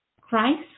Christ